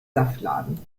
saftladen